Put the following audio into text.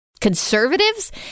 conservatives